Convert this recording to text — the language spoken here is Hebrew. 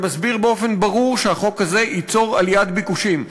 שמסביר באופן ברור שהחוק הזה ייצור עליית ביקושים.